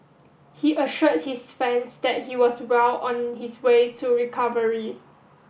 he assured his fans that he was well on his way to recovery